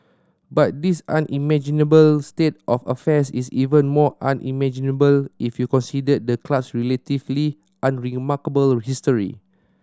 but this unimaginable state of affairs is even more unimaginable if you considered the club's relatively unremarkable history